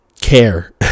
care